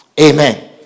Amen